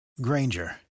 Granger